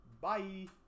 Bye